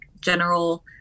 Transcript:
general